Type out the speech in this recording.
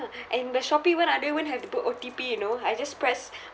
ya and the Shopee [one] I don't even have to put O_T_P you know I just press